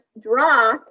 draw